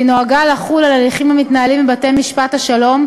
והיא נועדה לחול על הליכים המתנהלים בבתי-משפט השלום,